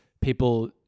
people